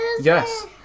yes